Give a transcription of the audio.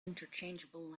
interchangeable